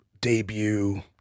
debut